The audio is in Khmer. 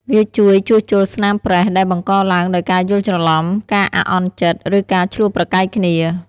វាជួយជួសជុលស្នាមប្រេះដែលបង្កឡើងដោយការយល់ច្រឡំ ការអាក់អន់ចិត្ត ឬការឈ្លោះប្រកែកគ្នា។